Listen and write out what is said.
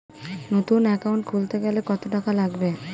নতুন একাউন্ট খুলতে গেলে কত টাকা লাগবে?